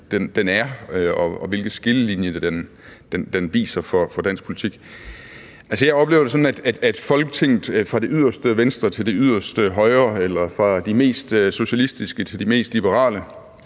er, og hvilke skillelinjer den viser for dansk politik. Jeg oplever det sådan, at der i Folketinget fra det yderste venstre til det yderste højre eller fra de mest socialistiske til de mest liberale